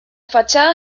fachada